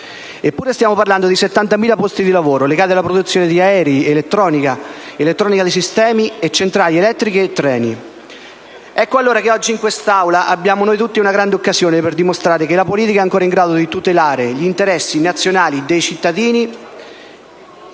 Eppure stiamo parlando di 70.000 posti di lavoro, legati alla produzione di aerei, di elettronica, di elettronica di sistema, di centrali elettriche e treni. Ecco allora che oggi in quest'Aula abbiamo noi tutti una grande occasione per dimostrare che la politica è ancora in grado di tutelare gli interessi nazionali e dei cittadini